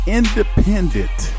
independent